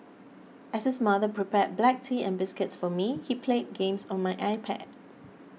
as his mother prepared black tea and biscuits for me he played games on my iPad